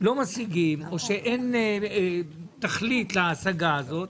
לא משיגים או שאין תכלית להשגה הזאת,